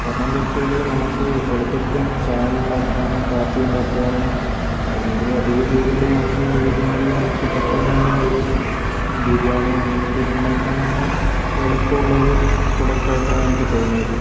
കാരണം എന്താണെന്നു വച്ചാൽ നമുക്ക് എളുപ്പത്തിൽ തന്നെ ചായ ഉണ്ടാക്കാനും കാപ്പി ഉണ്ടാക്കാനും ഏതെങ്കിലും അതിഥികൾ വന്നു കഴിഞ്ഞാൽ നമുക്ക് പെട്ടെന്ന് തന്നെ ഒരു ബിരിയാണിയോ അങ്ങനെ എന്തെങ്കിലും ഉണ്ടാക്കാൻ തന്നെ ഒരു എളുപ്പമുള്ളൊരു പ്രോഡക്ട് ആയിട്ടാണ് എനിക്ക് തോന്നിയത്